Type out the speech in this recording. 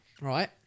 right